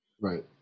Right